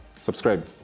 subscribe